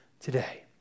today